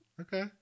Okay